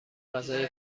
غذای